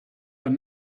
but